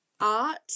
art